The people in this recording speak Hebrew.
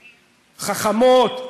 חכמות,